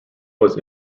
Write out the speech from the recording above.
was